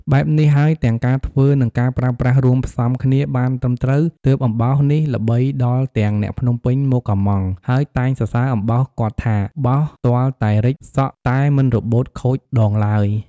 បែបនេះហើយទាំងការធ្វើនិងការប្រើប្រាស់រួមផ្សំគ្នាបានត្រឹមត្រូវទើបអំបោសនេះល្បីដល់ទាំងអ្នកភ្នំពេញមកកម្មង់ ហើយតែងសរសើរអំបោសគាត់ថា បោសទាល់តែរិចសក់តែមិនរបូតខូចដងឡើយ។